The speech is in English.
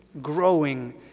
growing